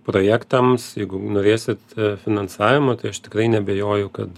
projektams jeigu norėsit finansavimo tai aš tikrai neabejoju kad